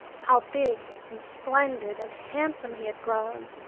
how big and splendid and handsome he had grown!